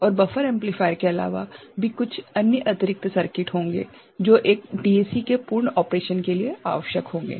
और buffer amplifier के अलावा भी कुछ अन्य अतिरिक्त सर्किटरी होंगे जो एक डीएसी के पूर्ण ऑपरेशन के लिए आवश्यक होंगे